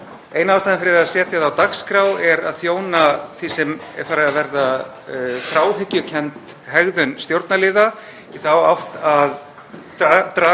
Eina ástæðan fyrir því að setja það á dagskrá er að þjóna því sem er farið að verða þráhyggjukennd hegðun stjórnarliða